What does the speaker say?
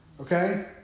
okay